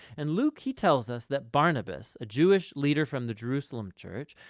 and luke, he tells us that barnabas, a jewish leader from the jerusalem church,